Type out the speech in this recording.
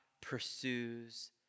pursues